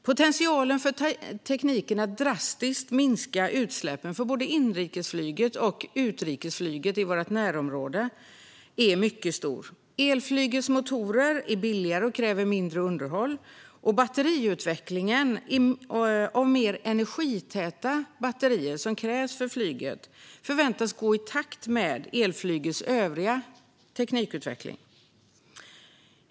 Potentialen i tekniken för att drastiskt minska utsläppen från både inrikesflyget och utrikesflyget i vårt närområde är mycket stor. Elflygets elmotorer är billigare och kräver mindre underhåll, och batteriutvecklingen av de mer energitäta batterier som krävs för flyget förväntas gå i takt med elflygets övriga teknikutveckling.